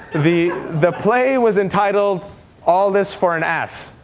the the play was entitled all this for an ass.